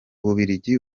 bubiligi